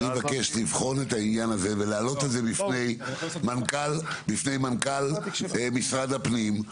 אני מבקש לבחון את העניין הזה ולהעלות את זה בפני מנכ"ל משרד הפנים.